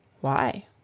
Why